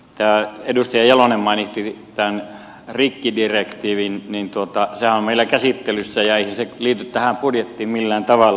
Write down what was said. kun edustaja jalonen mainitsi rikkidirektiivin niin sehän on meillä käsittelyssä ja eihän se liity tähän budjettiin millään tavalla